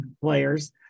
players